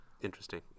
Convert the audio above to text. Interesting